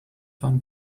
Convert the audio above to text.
fun